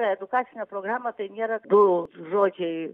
edukacinę programą tai nėra du žodžiai